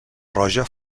roja